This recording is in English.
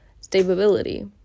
stability